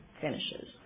finishes